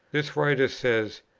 this writer says,